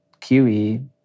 QE